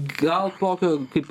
gal tokio kaip